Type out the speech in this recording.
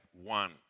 one